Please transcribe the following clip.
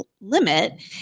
limit